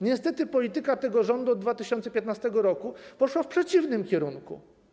Niestety polityka tego rządu od 2015 r. poszła w przeciwnym kierunku.